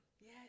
Yes